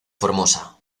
formosa